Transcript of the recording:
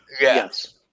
Yes